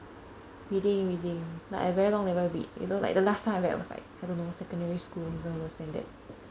reading reading like I very long never read you know like the last time I read was like I don't know secondary school or even worse than that